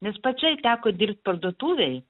nes pačiai teko dirbt parduotuvėj